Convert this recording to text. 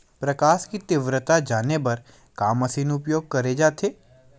प्रकाश कि तीव्रता जाने बर का मशीन उपयोग करे जाथे?